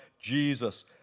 Jesus